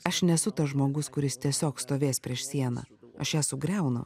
aš nesu tas žmogus kuris tiesiog stovės prieš sieną aš ją sugriaunu